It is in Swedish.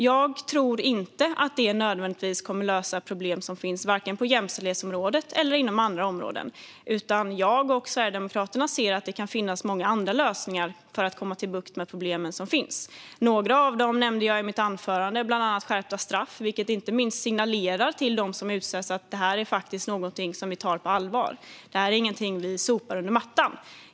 Jag tror inte att det nödvändigtvis kommer att lösa problem som finns vare sig på jämställdhetsområdet eller inom andra områden, utan jag och Sverigedemokraterna ser att det kan finnas många andra lösningar för att få bukt med de problem som finns. Några av dessa nämnde jag i mitt anförande, bland annat skärpta straff. Det signalerar inte minst till dem som utsätts att detta är någonting som vi tar på allvar. Detta är ingenting vi sopar under mattan.